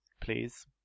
Please